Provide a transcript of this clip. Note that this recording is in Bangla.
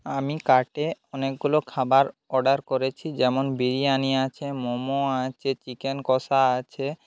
আমি কার্টে অনেকগুলো খাবার অর্ডার করেছি যেমন বিরিয়ানি আছে মোমো আছে চিকেন কষা আছে